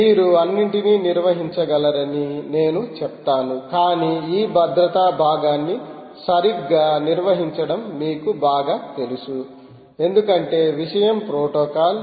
మీరు అన్నింటినీ నిర్వహించగలరని నేను చెప్తాను కాని ఈ భద్రతా భాగాన్ని సరిగ్గా నిర్వహించడం మీకు బాగా తెలుసు ఎందుకంటే విషయం ప్రోటోకాల్